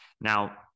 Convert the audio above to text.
Now